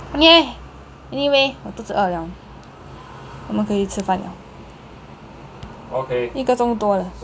okay anyway 我肚子饿了我们可以吃饭了一个钟多了